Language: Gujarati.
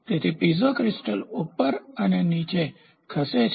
તેથી પીઝો ક્રિસ્ટલ ઉપર અને નીચે અને ઉપર ખસે છે